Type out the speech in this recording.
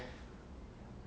end already lor